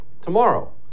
tomorrow